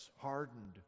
hardened